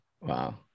wow